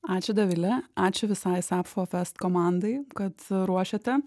ačiū dovile ačiū visai sapfo fest komandai kad ruošiate